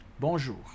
Bonjour